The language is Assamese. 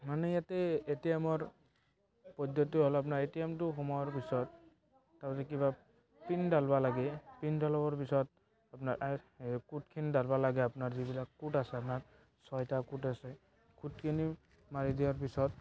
মানে ইয়াতে এ টি এম ৰ পদ্ধতিটো অলপ না এ টি এম টো সোমোৱাৰ পিছত তাৰপিছত কিবা পিন দালবা লাগে পিন দালোৱাৰ পিছত আপোনাৰ কোডখিনি দালবা লাগে আপোনাৰ যিবিলাক কোড আছে আপোনাৰ ছয়টা কোড আছে কোডখিনি মাৰি দিয়াৰ পিছত